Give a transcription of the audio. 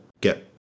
get